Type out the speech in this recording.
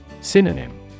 Synonym